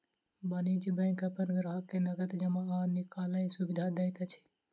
वाणिज्य बैंक अपन ग्राहक के नगद जमा आ निकालैक सुविधा दैत अछि